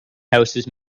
houses